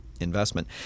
investment